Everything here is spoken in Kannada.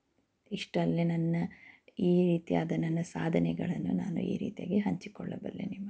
ಇಷ್ಟಲ್ಲೇ ನನ್ನ ಈ ರೀತಿಯಾದ ನನ್ನ ಸಾಧನೆಗಳನ್ನು ನಾನು ಈ ರೀತಿಯಾಗಿ ಹಂಚಿಕೊಳ್ಳಬಲ್ಲೆ ನಿಮ್ಮ ಹತ್ರ